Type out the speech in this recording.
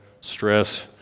stress